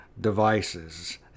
devices